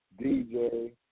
DJ